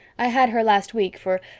i had her last week, for,